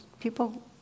people